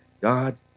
God